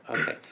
Okay